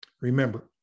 Remember